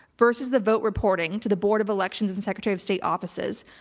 versus the vote reporting to the board of elections and secretary of state offices.